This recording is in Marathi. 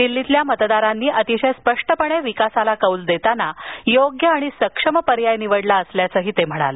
दिल्लीतील मतदारांनी अतिशय स्पष्टपणे विकासाला कौल देताना योग्य आणि सक्षम पर्याय निवडला असल्याचंही ते म्हणाले